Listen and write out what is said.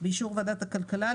באישור וועדת הכלכלה,